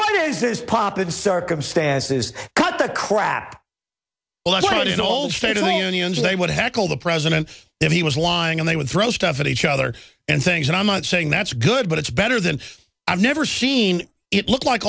what is this poppin circumstances cut the crap good old state of the unions they would have told the president if he was lying and they would throw stuff at each other and things and i'm not saying that's good but it's better than i've never seen it look like